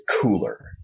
cooler